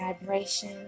vibration